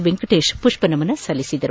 ವೆಂಕಟೇಶ್ ಮಷ್ಪ ನಮನ ಸಲ್ಲಿಸಿದರು